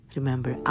Remember